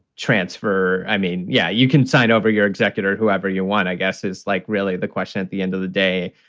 transfer. i mean, yeah, you can sign over your executor. whoever you want, i guess is like really the question at the end of the day.